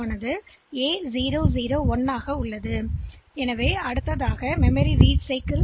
எனவே இப்போது இது மற்றொரு சைக்கிள்க்குச் செல்கிறது இது என அழைக்கப்படுகிறது முந்தைய சைக்கிள் ஒப்கோட் பெறுதல் சைக்கிள்